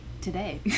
today